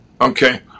Okay